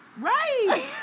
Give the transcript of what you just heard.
Right